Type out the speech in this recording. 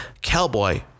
Cowboy